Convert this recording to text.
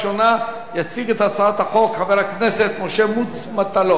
שמונה בעד, אין מתנגדים, אין נמנעים.